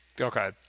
Okay